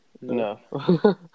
No